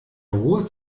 ruhe